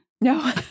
No